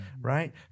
right